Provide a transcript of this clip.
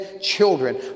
children